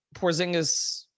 Porzingis